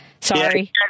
Sorry